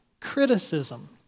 Criticism